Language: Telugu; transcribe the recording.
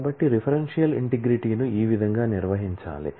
కాబట్టి రెఫరెన్షియల్ ఇంటిగ్రిటీను ఈ విధంగా నిర్వహించాలి